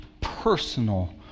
personal